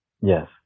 yes